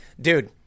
Dude